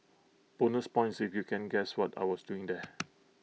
bonus points if you can guess what I was doing there